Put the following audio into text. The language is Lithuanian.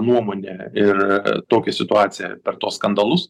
nuomonė ir tokia situacija per tuos skandalus